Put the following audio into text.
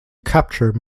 capture